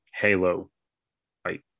Halo-like